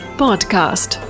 podcast